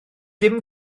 dim